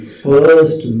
first